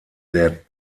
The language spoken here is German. der